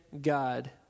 God